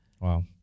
Wow